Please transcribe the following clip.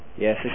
Yes